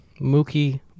mookie